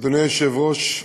אדוני היושב-ראש,